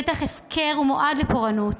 שטח הפקר המועד לפורענות.